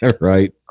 Right